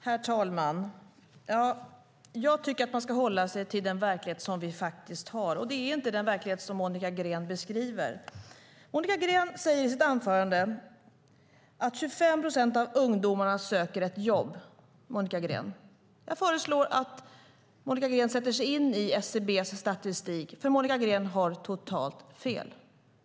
Herr talman! Jag tycker att man ska hålla sig till den verklighet vi har. Det är inte den verklighet som Monica Green beskriver. Monica Green säger i sitt anförande att 25 procent av ungdomarna söker ett jobb. Jag föreslår att Monica Green sätter sig in i SCB:s statistik, för Monica Green har totalt fel.